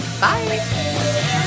Bye